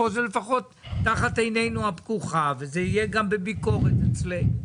פה זה לפחות תחת עינינו הפקוחה וזה יהיה גם בביקורת אצלנו.